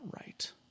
right